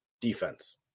defense